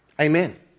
Amen